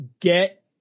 get